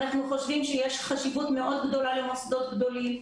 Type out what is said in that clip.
אנחנו חושבים שיש חשיבות מאוד גדולה למוסדות גדולים.